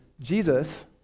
Jesus